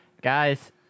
Guys